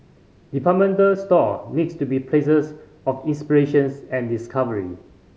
department store needs to be places of inspirations and discovery